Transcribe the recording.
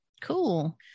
Cool